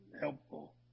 helpful